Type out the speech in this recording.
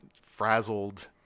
frazzled